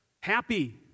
happy